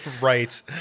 Right